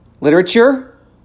literature